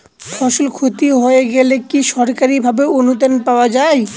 ফসল ক্ষতি হয়ে গেলে কি সরকারি ভাবে অনুদান পাওয়া য়ায়?